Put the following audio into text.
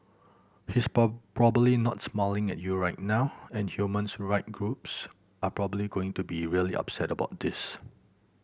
he's probably not smiling at you right now and humans right groups are probably going to be really upset about this